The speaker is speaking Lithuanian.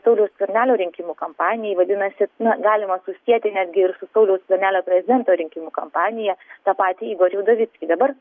sauliaus skvernelio rinkimų kampanijai vadinasi na galima susieti netgi ir su sauliaus skvernelio prezidento rinkimų kampanija tą patį igorį udovickį dabar